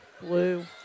Blue